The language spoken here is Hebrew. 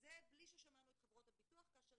וזה בלי ששמענו את חברות הביטוח כאשר